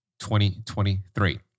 2023